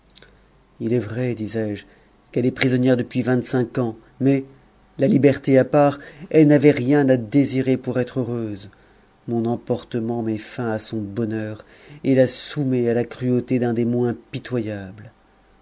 il est vrai disais-je qu'elle est prisonnière depuis vingt-cinq ans mais la liberté à part elle n'avait rien à désirer pour être heureuse mon emportement met fin à son bonheur et la soumet à la cruauté d'un démon impitoyable